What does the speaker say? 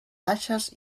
baixes